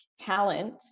talent